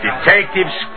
Detectives